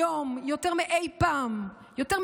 היום יותר מאי-פעם יותר,